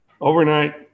overnight